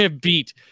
beat